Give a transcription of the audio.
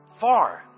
far